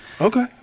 Okay